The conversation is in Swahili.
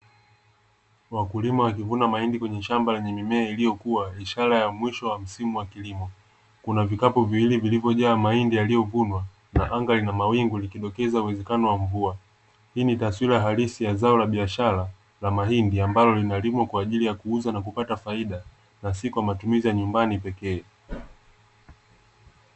Wakulima wakivuna mahindi kwenye shamba lenye mimea iliyokuwa ishara ya mwisho ya msimu wa kilimo. Kuna vikapu viwili vilivyojaa mahindi yaliyovunwa na anga lina mawingu likidokeza uwezekano wa mvua. Hii ni taswira halisi ya zao la biashara na mahindi ambayo linalimwa kwa ajili ya kuuza na kupata faida na si kwa matumizi ya nyumbani pekee.